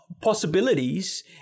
possibilities